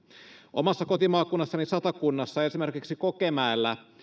omassa kotimaakunnassani satakunnassa esimerkiksi kokemäellä